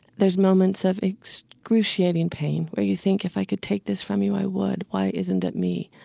there's moments of excruciating pain where you think, if i could take this from you, i would. why isn't it me?